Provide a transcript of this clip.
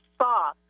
saw